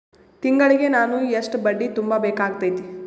ತಿಂಗಳಿಗೆ ನಾನು ಎಷ್ಟ ಬಡ್ಡಿ ತುಂಬಾ ಬೇಕಾಗತೈತಿ?